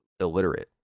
illiterate